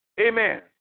Amen